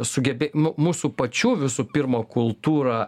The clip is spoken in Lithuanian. sugebė mu mūsų pačių visų pirma kultūra